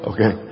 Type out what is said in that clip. Okay